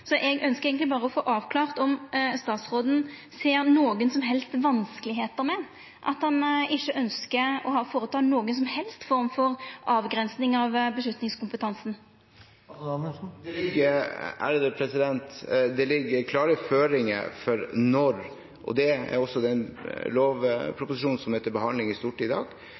å få avklart om statsråden ser nokon som helst vanskar med at han ikkje ønskjer å foreta seg nokon som helst form for avgrensing av avgjerdskompetansen. Det ligger klare føringer for når overføring av slik informasjon skal finne sted – som det også går frem i den lovproposisjonen som er til behandling i Stortinget i dag.